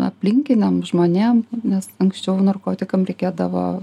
aplinkiniam žmonėm nes anksčiau narkotikam reikėdavo